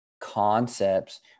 concepts